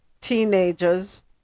teenagers